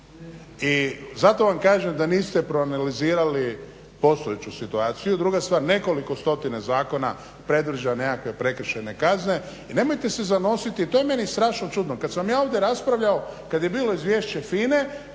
i zato vam kažem da niste proanalizirali postojeću situaciju. Druga stvar, nekoliko stotina zakona predviđa nekakve prekršajne kazne i nemojte se zanositi, to je meni strašno čudno, kad sam ja ovdje raspravljao, kad je bilo izvješće